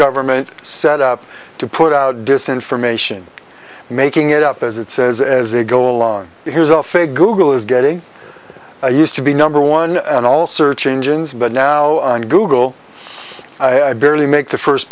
government set up to put out dissent from ation making it up as it says as they go alone here's a fake google is getting used to be number one and all search engines but now google i barely make the first